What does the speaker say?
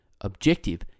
Objective